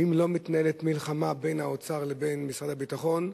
ואם לא מתנהלת מלחמה בין האוצר לבין משרד הביטחון,